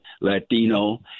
Latino